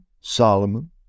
Solomon